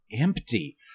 empty